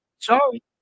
Sorry